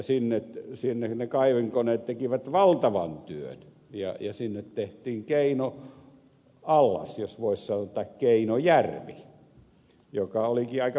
siellä ne kaivinkoneet tekivät valtavan työn ja sinne tehtiin keinojärvi joka olikin aika viehättävä